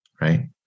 right